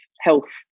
health